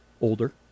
older